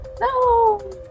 no